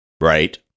Right